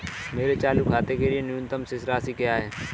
मेरे चालू खाते के लिए न्यूनतम शेष राशि क्या है?